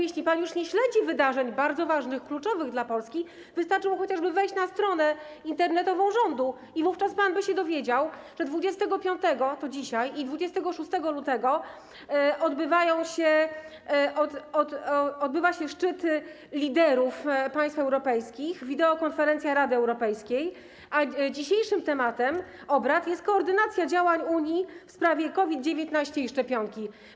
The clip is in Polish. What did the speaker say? Jeśli pan już nie śledzi wydarzeń bardzo ważnych, kluczowych dla Polski, wystarczyłoby chociaż wejść na stronę internetową rządu i wówczas pan by się dowiedział, że 25 - to dzisiaj - i 26 lutego odbywa się szczyt liderów państw europejskich, wideokonferencja Rady Europejskiej, a tematem dzisiejszych obrad jest koordynacja działań Unii w sprawie COVID-19 i szczepionki.